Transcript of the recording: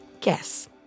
Guess